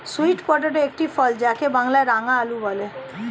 sweet potato একটি ফল যাকে বাংলায় রাঙালু বলে